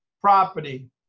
property